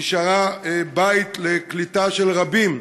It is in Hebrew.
נשארה בית לקליטה של רבים.